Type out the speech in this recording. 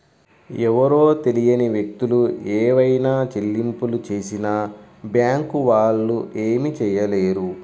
ఎవరో తెలియని వ్యక్తులు ఏవైనా చెల్లింపులు చేసినా బ్యేంకు వాళ్ళు ఏమీ చేయలేరు